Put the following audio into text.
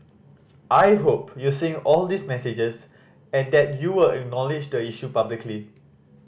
I hope you're seeing all these messages and that you will acknowledge the issue publicly